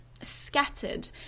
scattered